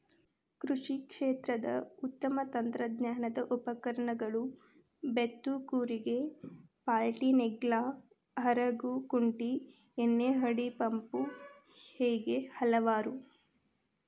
ಕೃಷಿ ಕ್ಷೇತ್ರದ ಉತ್ತಮ ತಂತ್ರಜ್ಞಾನದ ಉಪಕರಣಗಳು ಬೇತ್ತು ಕೂರಿಗೆ ಪಾಲ್ಟಿನೇಗ್ಲಾ ಹರಗು ಕುಂಟಿ ಎಣ್ಣಿಹೊಡಿ ಪಂಪು ಹೇಗೆ ಹಲವಾರು